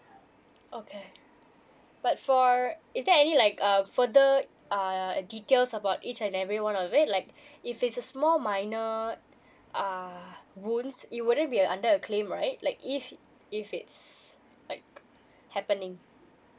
okay but for is there any like um further err details about each and everyone of it like if it's a small minor uh wounds it wouldn't be under a claim right like if if it's like happening